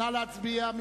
נא להצביע.